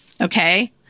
Okay